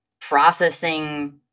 processing